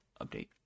update